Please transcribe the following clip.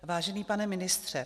Vážený pane ministře.